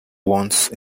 once